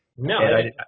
No